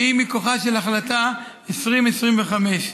שהיא מכוח החלטה 2025,